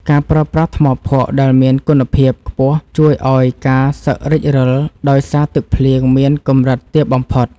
ការប្រើប្រាស់ថ្មភក់ដែលមានគុណភាពខ្ពស់ជួយឱ្យការសឹករិចរិលដោយសារទឹកភ្លៀងមានកម្រិតទាបបំផុត។